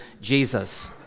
Jesus